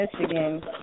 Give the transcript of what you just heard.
Michigan